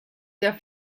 der